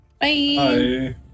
Bye